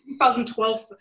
2012